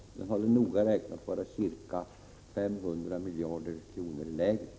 Den hade faktiskt varit ca 500 miljarder lägre.